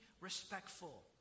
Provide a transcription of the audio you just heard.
respectful